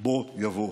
בוא יבוא.